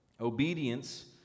Obedience